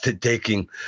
taking